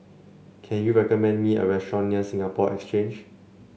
can you recommend me a restaurant near Singapore Exchange